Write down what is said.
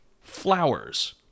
Flowers